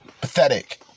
Pathetic